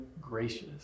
gracious